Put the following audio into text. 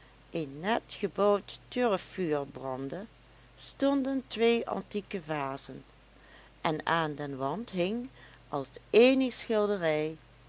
een net gebouwd turfvuur brandde stonden twee antieke vazen en aan den wand hing als eenige schilderij